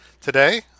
Today